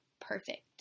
perfect